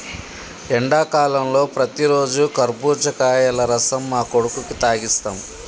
ఎండాకాలంలో ప్రతిరోజు కర్బుజకాయల రసం మా కొడుకుకి తాగిస్తాం